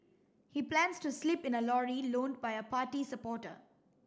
he plans to sleep in a lorry loaned by a party supporter